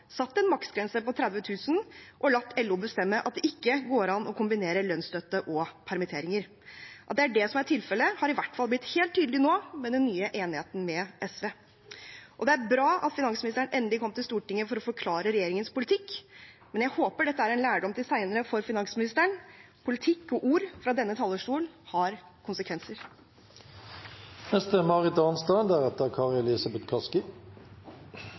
satt en maksgrense på 30 000 og latt LO bestemme at det ikke går an å kombinere lønnsstøtte og permitteringer. At det er det som er tilfellet, har i hvert fall blitt helt tydelig nå, med den nye enigheten med SV. Det er bra at finansministeren endelig kom til Stortinget for å forklare regjeringens politikk, men jeg håper dette er en lærdom til senere for finansministeren. Politikk og ord fra denne talerstolen har